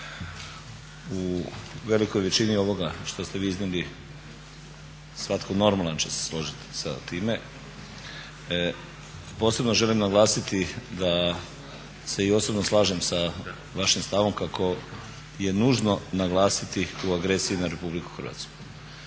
u velikoj većini ovoga što ste vi iznijeli svatko normalan će se složiti sa time. Posebno želim naglasiti da se i osobno slažem sa vašim stavom kako je nužno naglasiti u agresiji na RH.